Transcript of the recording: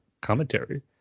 commentary